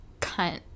cunt